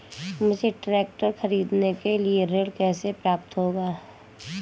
मुझे ट्रैक्टर खरीदने के लिए ऋण कैसे प्राप्त होगा?